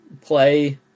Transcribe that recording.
play